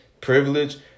privilege